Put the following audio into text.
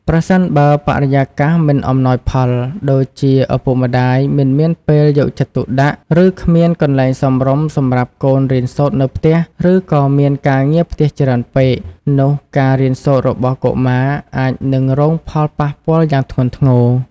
ប្រសិនបើបរិយាកាសមិនអំណោយផល ដូចជាឪពុកម្តាយមិនមានពេលយកចិត្តទុកដាក់ ឬគ្មានកន្លែងសមរម្យសម្រាប់កូនរៀនសូត្រនៅផ្ទះ ឬក៏មានការងារផ្ទះច្រើនពេក នោះការរៀនសូត្ររបស់កុមារអាចនឹងរងផលប៉ះពាល់យ៉ាងធ្ងន់ធ្ងរ។